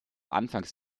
anfangs